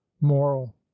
moral